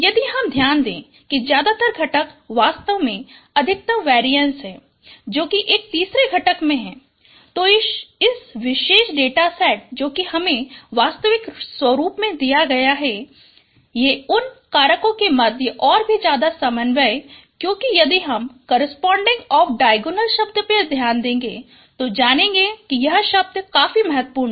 यदि हम ध्यान दें कि ज्यादातर घटक वास्तव में अधिकतम वेरीएंस हैं जो कि एक तीसरे घटक में हैं तो इस विशेष डेटासेट जो कि हमें वास्तविक स्वरुप में दिया गया है ये उन कारको के मध्य और भी ज्यादा समन्वय क्योकि यदि हम कोर्रेस्पोंडिंग ऑफ डायगोनल शब्द पर ध्यान देगें तो जानेगे कि यह शब्द काफी महत्वपूर्ण है